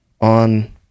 on